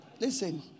Listen